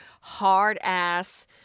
hard-ass